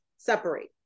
Separate